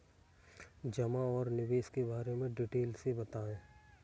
जमा और निवेश के बारे में डिटेल से बताएँ?